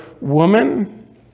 Woman